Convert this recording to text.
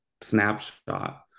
snapshot